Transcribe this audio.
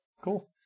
Cool